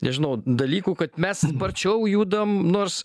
nežinau dalykų kad mes sparčiau judam nors